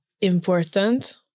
important